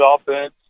offense